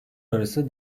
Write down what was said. arası